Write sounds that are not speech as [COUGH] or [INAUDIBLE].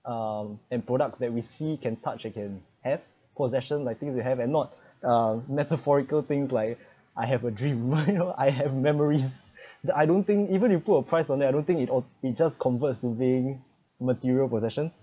um and products that we see you can touch can have possession likely they have and not uh metaphorical things like I have a dream [LAUGHS] you know I have memories that I don't think even if you put a price on that I don't think it or you just converse moving material possessions